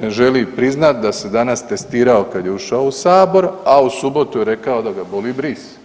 ne želi priznat da se danas testirao kad je ušao u Sabor, a u subotu je rekao da ga boli bris.